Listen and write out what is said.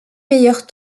meilleurs